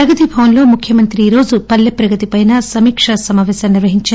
ప్రగతి భవన్లో ముఖ్యమంత్రి ఈ రోజు పల్లె ప్రగతిపైన సమీక్ష సమాపేశం నిర్వహించారు